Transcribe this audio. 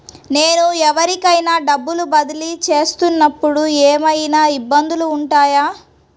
నేను ఎవరికైనా డబ్బులు బదిలీ చేస్తునపుడు ఏమయినా ఇబ్బందులు వుంటాయా?